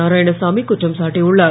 நாராயணசாமி குற்றம் சாட்டியுள்ளார்